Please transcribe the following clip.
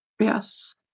Yes